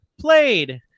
played